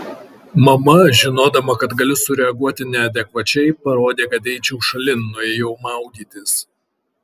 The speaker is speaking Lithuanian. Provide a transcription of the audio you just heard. mama žinodama kad galiu sureaguoti neadekvačiai parodė kad eičiau šalin nuėjau maudytis